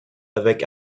avec